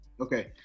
Okay